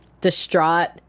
distraught